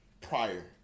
prior